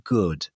good